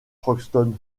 crockston